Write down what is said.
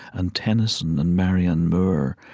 and tennyson, and marianne moore,